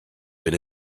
been